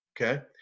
Okay